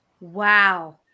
Wow